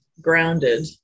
grounded